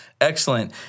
excellent